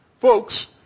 Folks